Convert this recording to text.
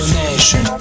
nation